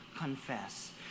confess